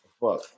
Fuck